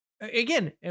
Again